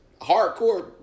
hardcore